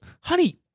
honey